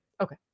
okay